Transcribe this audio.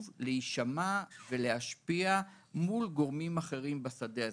להישמע ולהשפיע מול גורמים אחרים בשדה הזה,